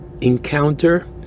encounter